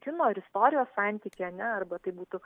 kino ir istorijos santykį ar ne arba tai būtų